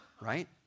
right